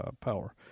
power